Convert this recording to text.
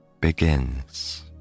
begins